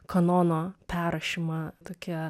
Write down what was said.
kanono perrašymą tokia